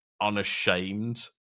unashamed